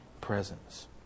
presence